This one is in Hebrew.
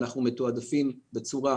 מתעדפים אותנו בצורה